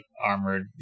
armored